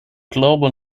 global